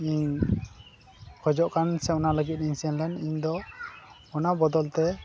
E ᱠᱷᱚᱡᱚᱜ ᱠᱟᱱ ᱥᱮ ᱚᱱᱟ ᱞᱟᱹᱜᱤᱫ ᱤᱧ ᱥᱮᱱ ᱞᱮᱱᱟ ᱤᱧ ᱫᱚ ᱚᱱᱟ ᱵᱚᱫᱚᱞ ᱛᱮ